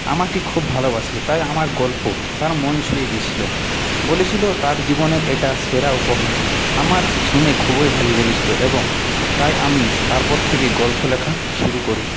আমাকে খুব ভালোবাসে তাই আমার গল্প তার মন ছুঁয়ে গিয়েছিল বলেছিল তার জীবনের এটা সেরা উপহার আমার শুনে খুবই ভালো লেগেছিল এবং তাই আমি তারপর থেকে গল্প লেখা শুরু করি